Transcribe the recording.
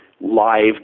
live